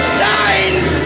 signs